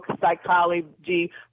psychology